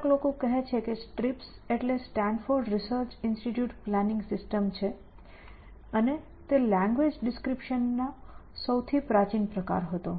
કેટલાક લોકો કહે છે કે STRIPS એટલે Stanford research institute planning system છે અને તે લેંગ્વેજ ડિસ્ક્રિપ્શન નો સૌથી પ્રાચીન પ્રકાર હતો